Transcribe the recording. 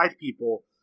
people